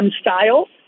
style